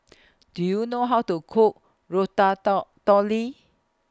Do YOU know How to Cook Ratatotouille